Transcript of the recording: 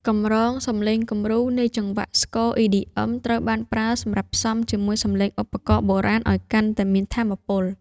កម្រងសំឡេងគំរូ នៃចង្វាក់ស្គរ EDM ត្រូវបានប្រើសម្រាប់ផ្សំជាមួយសំឡេងឧបករណ៍បុរាណឱ្យកាន់តែមានថាមពល។